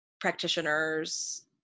practitioners